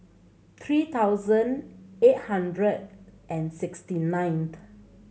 three thousand eight hundred and sixty ninth